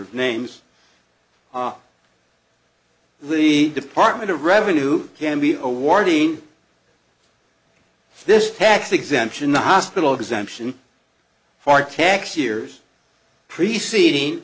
of names off the department of revenue can be awarding this tax exemption the hospital exemption for tax years preceding